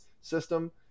system